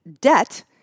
debt